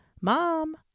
mom